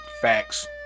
Facts